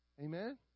Amen